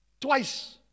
twice